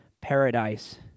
paradise